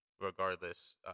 regardless